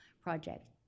project